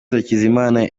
hakizimana